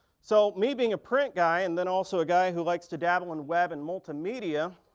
so, me being a print guy and then also a guy who likes to dabble in web and multimedia,